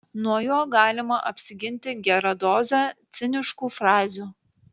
nuo jo galima apsiginti gera doze ciniškų frazių